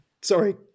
sorry